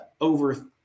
over